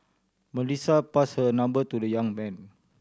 Melissa passed her number to the young man